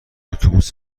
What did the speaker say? اتوبوس